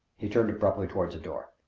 he turned abruptly toward the door.